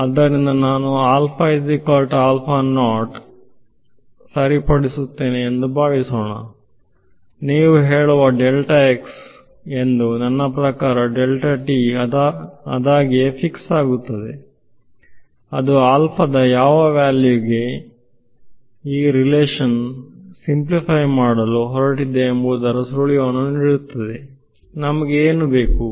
ಆದ್ದರಿಂದ ನಾನು ಸರಿಪಡಿಸುತ್ತೇನೆ ಎಂದು ಭಾವಿಸೋಣ ನಾವು ಹೇಳೋಣ ಎಂದು ನನ್ನ ಪ್ರಕಾರ ಅದಾಗಿಯೇ ಫಿಕ್ಸ್ ಆಗುತ್ತದೆ ಅದು ಆಲ್ಫಾದ ಯಾವ ವ್ಯಾಲ್ಯೂಗೆ ಈ ಸಂಬಂಧವು ಸಿಂಪ್ಲಿಫೈ ಮಾಡಲು ಹೊರಟಿದೆ ಎಂಬುದರ ಸುಳಿವನ್ನು ನೀಡುತ್ತದೆಯೇ ನಮಗೆ ಏನು ಬೇಕು